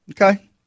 Okay